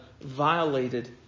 violated